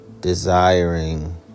desiring